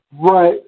Right